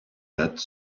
date